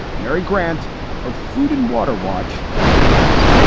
mary grant of food and water watch up next,